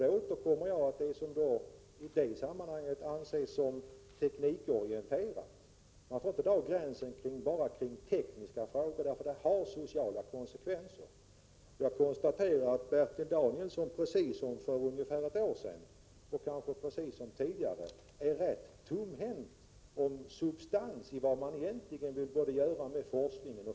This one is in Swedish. Då återkommer jag till det som i detta sammanhang anses vara teknikorienterat. Man får inte dra gränsen på det som sker, eftersom det hela också har sociala konsekvenser. Jag konstaterar att Bertil Danielsson precis som för ungefär ett år sedan — kanske precis som tidigare — är rätt tomhänt när det gäller vad man egentligen vill göra med forskningen.